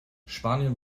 spanien